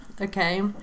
okay